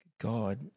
God